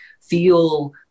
feel